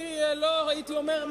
אני לא הייתי אומר,